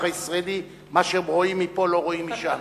הישראלי "מה שרואים מפה לא רואים משם".